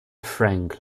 frank